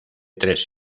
tres